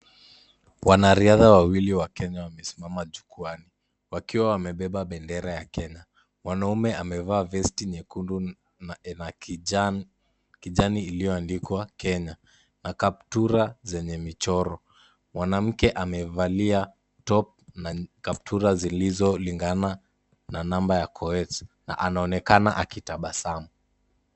Wanariadha wawili wa Kenya wamesimama jukwaani, wakiwa wamebeba bendera ya Kenya, mwanaume amevaa vesti nyekundu na ina kijani, kijani iliyoandikwa Kenya na kaptula zenye michoro. Mwanamke amevalia top na kaptula zilizolingana na namba ya Koech na anaonekana akitabasamu.